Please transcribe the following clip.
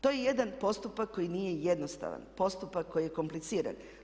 To je jedan postupak koji nije jednostavan, postupak koji je kompliciran.